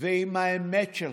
ועם האמת שלך,